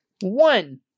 One